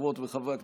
חברות וחברי הכנסת,